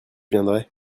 viendrai